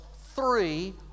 three